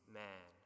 man